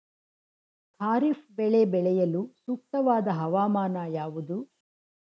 ಖಾರಿಫ್ ಬೆಳೆ ಬೆಳೆಯಲು ಸೂಕ್ತವಾದ ಹವಾಮಾನ ಯಾವುದು?